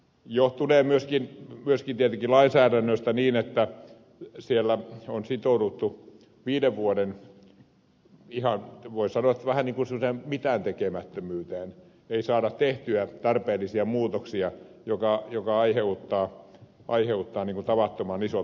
johtunee myöskin tietenkin lainsäädännöstä se että siellä on sitouduttu viiden vuoden ihan voi sanoa vähän niin kuin semmoiseen mitääntekemättömyyteen ei saada tehtyä tarpeellisia muutoksia mikä aiheuttaa tavattoman isot kustannukset